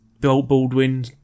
Baldwin